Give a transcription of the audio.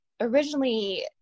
originally